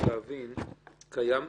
קיימת